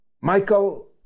Michael